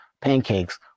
pancakes